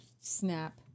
snap